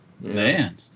man